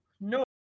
No